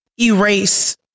erase